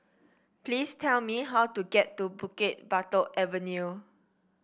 please tell me how to get to Bukit Batok Avenue